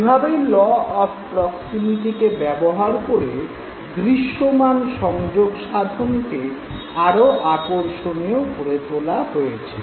এভাবেই law of প্রক্সিমিটিকে ব্যবহার করে দৃশ্যমান সংযোগসাধনকে আরো আকর্ষণীয় করে তোলা হয়েছে